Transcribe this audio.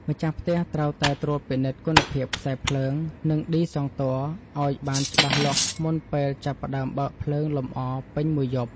ម្ចាស់ផ្ទះត្រូវតែត្រួតពិនិត្យគុណភាពខ្សែភ្លើង និងឌីសង់ទ័រឱ្យបានច្បាស់លាស់មុនពេលចាប់ផ្តើមបើកភ្លើងលម្អពេញមួយយប់។